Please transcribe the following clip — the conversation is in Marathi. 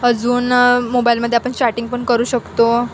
अजून मोबाईलमध्ये आपण चॅटिंग पण करू शकतो